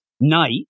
Knight